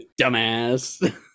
dumbass